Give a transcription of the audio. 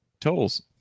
totals